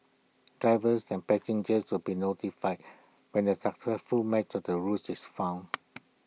drivers and passengers will be notified when the successful match of the route is found